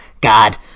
God